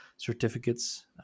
certificates